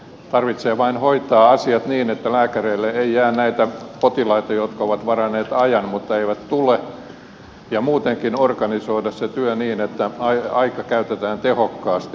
tarvitsee vain hoitaa asiat niin että lääkäreille ei jää näitä potilaita jotka ovat varanneet ajan mutta eivät tule ja muutenkin organisoida se työ niin että aika käytetään tehokkaasti